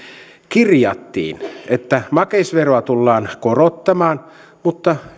kirjattiin että makeisveroa tullaan korottamaan mutta